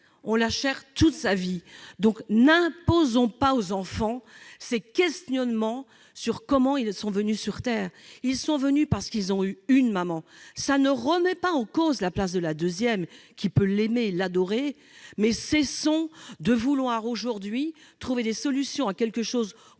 On les cherche toute sa vie ! N'imposons pas aux enfants ces questionnements sur la façon dont ils sont venus sur Terre. Ils sont venus, parce qu'ils ont eu une maman. Cela ne remet pas en cause la place de la deuxième femme, qui peut l'aimer, l'adorer, mais cessons de vouloir trouver des solutions à un problème